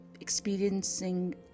Experiencing